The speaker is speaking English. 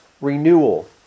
renewal